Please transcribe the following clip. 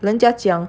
人家讲